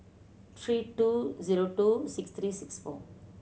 three two zero two six three six four